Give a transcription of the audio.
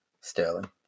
Sterling